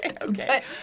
okay